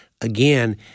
again